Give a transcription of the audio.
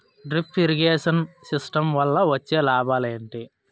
Drip irrigation system వల్ల వచ్చే లాభాలు ఏంటి?